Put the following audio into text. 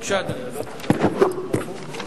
בבקשה, אדוני.